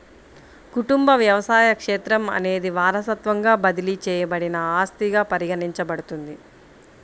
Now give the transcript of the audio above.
కుటుంబ వ్యవసాయ క్షేత్రం అనేది వారసత్వంగా బదిలీ చేయబడిన ఆస్తిగా పరిగణించబడుతుంది